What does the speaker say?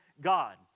God